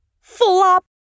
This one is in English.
Flop